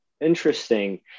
interesting